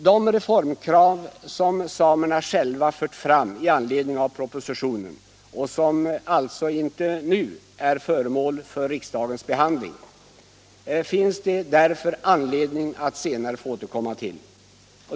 De reformkrav som samerna själva fört fram I anledning av propositionen och som alltså inte nu är föremål för riksdagens behandling finns det därför anledning att senare få återkomma till.